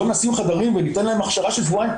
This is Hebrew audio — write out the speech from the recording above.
בואו נשים חדרים וניתן להם הכשרה של שבועיים,